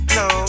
no